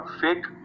fake